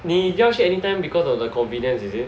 你要去 Anytime because of the convenience is it